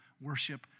worship